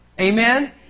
Amen